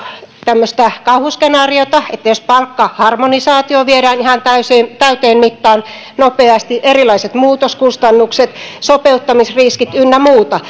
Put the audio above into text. tämmöistä kauhuskenaariota jossa palkkaharmonisaatio viedään ihan täyteen mittaan nopeasti erilaiset muutoskustannukset sopeuttamisriskit ynnä muuta